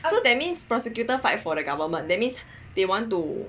so that means prosecutor fight for the government that means they want to